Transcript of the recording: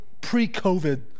pre-COVID